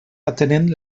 atenent